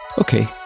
Okay